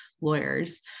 lawyers